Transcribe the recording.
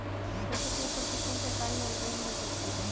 खेतों के ऊपर कितनी सरकारी योजनाएं मिल सकती हैं?